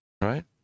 right